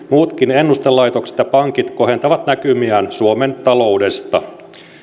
muutkin ennustelaitokset ja pankit kohentavat näkymiään suomen taloudesta